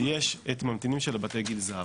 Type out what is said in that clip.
ויש את הממתינים של בתי גיל זהב.